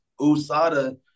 USADA